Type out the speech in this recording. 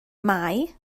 mai